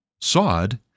sod